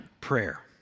prayer